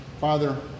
father